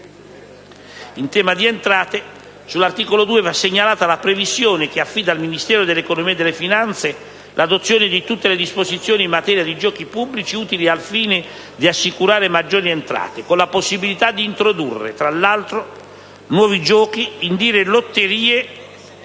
In tema di entrate, sull'articolo 2 va segnalata la previsione che affida al Ministero dell'economia e delle finanze l'adozione di tutte le disposizioni in materia di giochi pubblici utili al fine di assicurare maggiori entrate, con la possibilità di introdurre, tra l'altro, nuovi giochi, indire lotterie